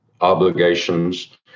obligations